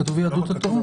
כתוב יהדות התורה.